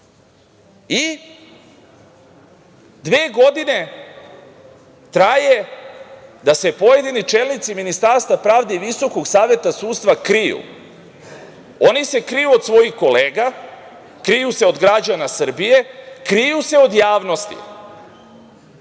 godine traje da se pojedini čelnici Ministarstva pravde i Visokog saveta sudstva kriju. Oni se kriju od svojih kolega, kriju se od građana Srbije, kriju se od javnosti.